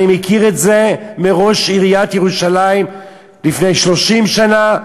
אני מכיר את זה מראש עיריית ירושלים לפני 30 שנה.